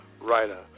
writer